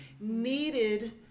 Needed